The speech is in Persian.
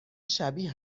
شبیه